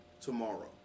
tomorrow